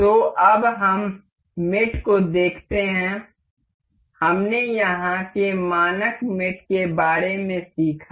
तो अब हम मेट को देखते हैं हमने यहां के मानक मेट के बारे में सीखा